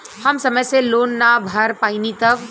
हम समय से लोन ना भर पईनी तब?